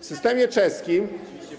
W systemie czeskim